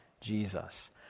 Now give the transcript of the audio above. Jesus